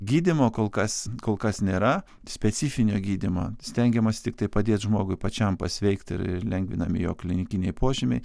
gydymo kol kas kol kas nėra specifinio gydymo stengiamasi tiktai padėt žmogui pačiam pasveikt ir lengvinami jo klinikiniai požymiai